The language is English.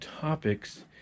topics